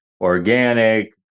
organic